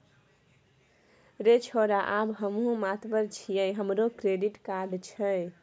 रे छौड़ा आब हमहुँ मातबर छियै हमरो क्रेडिट कार्ड छै